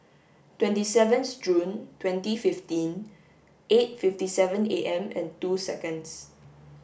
twenty seventh June twenty fifteen eight fifty seven A M and two seconds